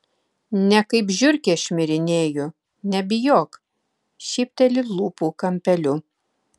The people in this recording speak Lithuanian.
ne kaip žiurkė šmirinėju nebijok šypteli lūpų kampeliu